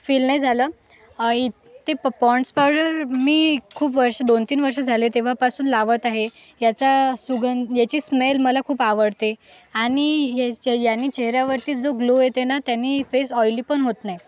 feel नाही झालं ते प पों पाँड्स पावडर मी खूप वर्ष दोन तीन वर्ष झाले तेव्हापासून लावत आहे याचा सुगं याची स्मेल मला खूप आवडते आणि याच यांनी चेहऱ्यावरती जो ग्लो येते ना त्याने फेस ऑईली पण होत नाही